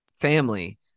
family